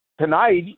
tonight